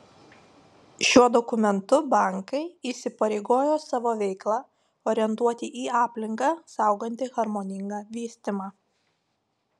šiuo dokumentu bankai įsipareigojo savo veiklą orientuoti į aplinką saugantį harmoningą vystymą